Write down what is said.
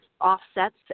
offsets